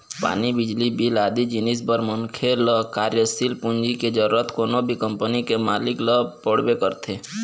पानी, बिजली बिल आदि जिनिस बर मनखे ल कार्यसील पूंजी के जरुरत कोनो भी कंपनी के मालिक ल पड़बे करथे